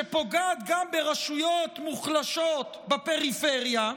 שפוגעת גם ברשויות מוחלשות בפריפריה,